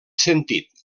sentit